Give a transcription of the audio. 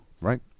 right